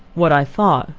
what i thought,